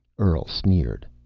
earl sneered.